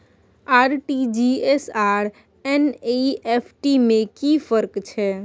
RTG S आर NEFT में कि फर्क छै?